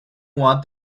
want